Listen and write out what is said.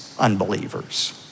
unbelievers